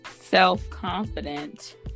self-confident